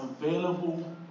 available